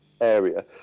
area